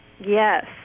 Yes